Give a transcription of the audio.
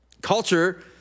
Culture